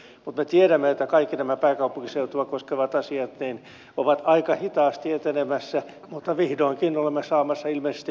mutta me tiedämme että kaikki nämä pääkaupunkiseutua koskevat asiat ovat aika hitaasti etenemässä mutta vihdoinkin olemme saamassa ilmeisesti metropolihallinnon kuntoon